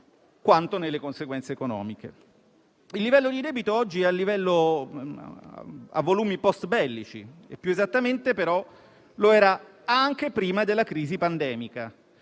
quanto nelle conseguenze economiche. Il debito oggi è a volumi postbellici; più esattamente, però, lo era anche prima della crisi pandemica.